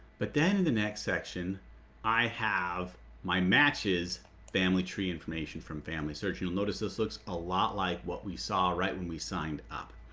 but then in the next section i have my matches family tree information from family search you'll notice this looks a lot like what we saw right when we signed up.